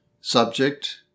Subject